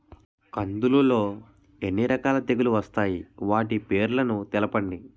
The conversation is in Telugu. కందులు లో ఎన్ని రకాల తెగులు వస్తాయి? వాటి పేర్లను తెలపండి?